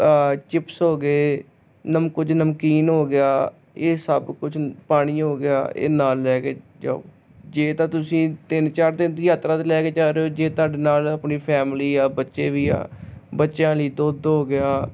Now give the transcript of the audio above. chips ਹੋ ਗਏ ਨਮ ਕੁਝ ਨਮਕੀਨ ਹੋ ਗਿਆ ਇਹ ਸਭ ਕੁਝ ਪਾਣੀ ਹੋ ਗਿਆ ਇਹ ਨਾਲ ਲੈ ਕੇ ਜਾਓ ਜੇ ਤਾਂ ਤੁਸੀਂ ਤਿੰਨ ਚਾਰ ਦਿਨ ਦੀ ਯਾਤਰਾ 'ਤੇ ਲੈ ਕੇ ਜਾ ਰਹੇ ਹੋ ਜੇ ਤੁਹਾਡੇ ਨਾਲ ਆਪਣੀ ਫੈਮਲੀ ਆ ਬੱਚੇ ਵੀ ਆ ਬੱਚਿਆਂ ਲਈ ਦੁੱਧ ਹੋ ਗਿਆ